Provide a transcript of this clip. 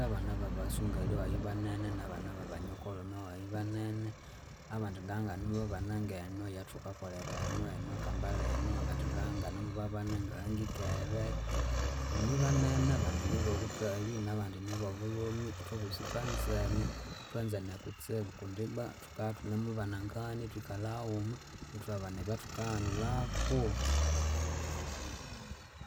Abana babasungali wayi banene nabana babanyokolhome wayi banene abandi nganganimubabana ngenu eyathukakolherenu enu ekampala enu abandi nga nganemubabana ngahangikere. Nibanene abandi nibobukalhi nabandi nibobulhumi. Ithwabosi thwanzene, thwanzene kutsibu kundi ibwa thukathunemubanangana, ithwikalha haghuma, ithwabana ebya thukahanulaku.